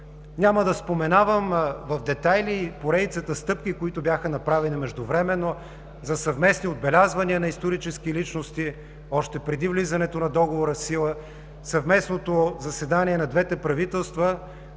Няма да споменавам в детайли поредицата стъпки, които междувременно бяха направени за съвместни отбелязвания на исторически личности, още преди влизането на Договора в сила; съвместното заседание на двете правителства,